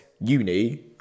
uni